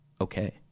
okay